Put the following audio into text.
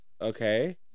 Okay